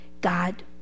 God